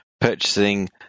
purchasing